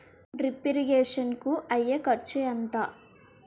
Drip irrigation కూ అయ్యే ఖర్చు ఎంత?